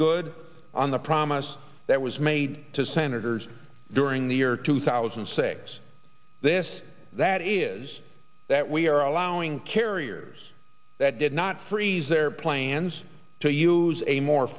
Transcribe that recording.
good on the promise that was made to senators during the year two thousand and six this that is that we are allowing carriers that did not freeze their plans to use a more